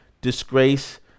disgrace